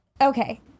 Okay